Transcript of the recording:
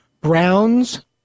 Browns